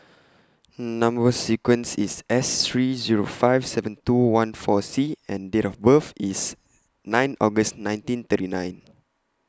Number sequence IS S three Zero five seven two one four C and Date of birth IS nine August nineteen thirty nine